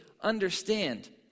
understand